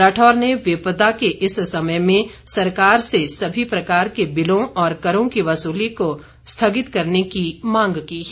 राठौर ने विपदा के इस समय में सरकार से सभी प्रकार के बिलों और करों की वसूली को स्थगित करने की मांग की है